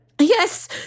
Yes